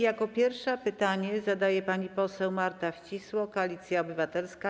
Jako pierwsza pytanie zadaje pani poseł Marta Wcisło, Koalicja Obywatelska.